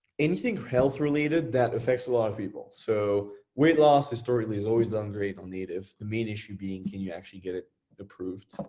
anything health related that affects a lot of people. so weight loss historically has always done great on native. the main issue being can you actually get it approved.